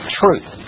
truth